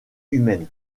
humaine